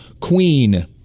Queen